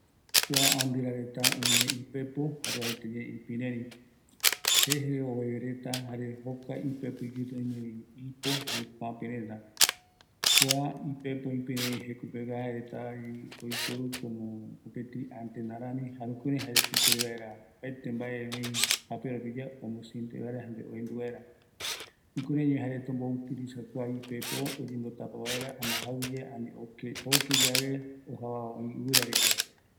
Andɨra reta oime ipepo, jare ïpïrëri, jeje ovevereta, jare jokoropi öime ipöpe reta, kua ipepo oiporu mopetï antena rämi, jukuraivi oiporu reta ipepo, oyembo yajoi vaera oke oi yave